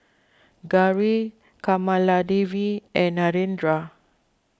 Gauri Kamaladevi and Narendra